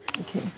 Okay